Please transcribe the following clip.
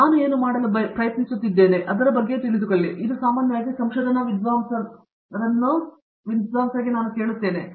ನಾನು ಏನು ಮಾಡಲು ಪ್ರಯತ್ನಿಸುತ್ತಿದ್ದೇನೆಂದರೆ ನಾನು ಸಾಮಾನ್ಯವಾಗಿ ನನ್ನ ಸಂಶೋಧನಾ ವಿದ್ವಾಂಸರನ್ನು ಪ್ರತಿದಿನವೂ ಭೇಟಿಯಾಗಲು ಬಯಸುತ್ತೇನೆ